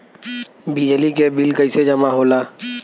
बिजली के बिल कैसे जमा होला?